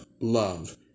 love